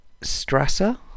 Strasser